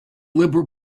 liberal